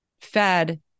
fed